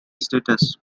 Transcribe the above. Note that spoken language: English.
status